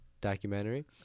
documentary